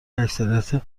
اکثریت